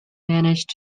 managed